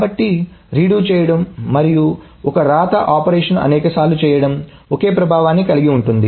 కాబట్టి రీడో చేయడం మరియు ఒక వ్రాత ఆపరేషన్ను అనేకసార్లుచేయడం ఒకే ప్రభావాన్ని కలిగి ఉంటుంది